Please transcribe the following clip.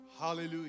Hallelujah